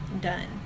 done